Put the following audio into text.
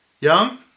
Young